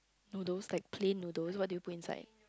no those like plain noodle what do you put inside